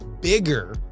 bigger